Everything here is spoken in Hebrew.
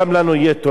גם לנו יהיה טוב,